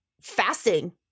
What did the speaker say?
fasting